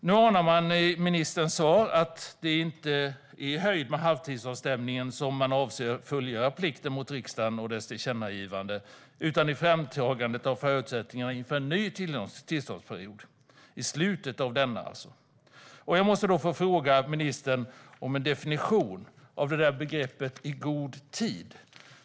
Man anar i ministerns svar att det inte är i höjd med halvtidsavstämningen som man avser att fullgöra plikten mot riksdagen i fråga om dess tillkännagivande utan i framtagandet av förutsättningarna inför en ny tillståndsperiod i slutet av innevarande period. Jag måste då få fråga ministern om en definition av begreppet "god tid".